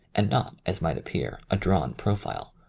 and not, as might appear, a drawn profile.